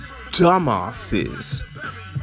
dumbasses